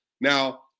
Now